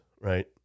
right